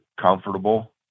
comfortable